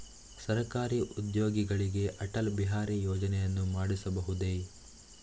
ಸರಕಾರಿ ಉದ್ಯೋಗಿಗಳಿಗೆ ಅಟಲ್ ಬಿಹಾರಿ ಯೋಜನೆಯನ್ನು ಮಾಡಿಸಬಹುದೇ?